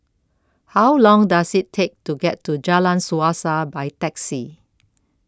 How Long Does IT Take to get to Jalan Suasa By Taxi